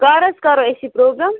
کَر حظ کَرو أسۍ یہِ پرٛوگرام